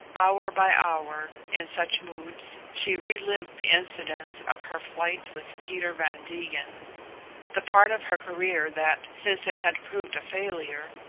hour by hour, in such moods, she re-lived the incidents of her flight with peter van degen the part of her career that, since it had proved a failure,